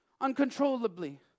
uncontrollably